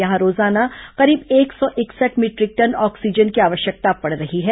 यहां रोजाना करीब एक सौ इकसठ मीटरिक टन ऑक्सीजन की आवश्यकता पड़ रही है